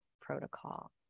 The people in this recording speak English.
protocol